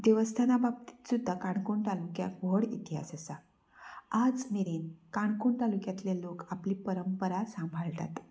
देवस्थाना बाबतीत सुद्दां काणकोण तालुक्याक व्हड इतिहास आसा आज मेरेन काणकोण तालुक्यांतले लोक आपली परंपरा सांभाळटात